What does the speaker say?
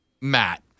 Matt